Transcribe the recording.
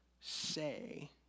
say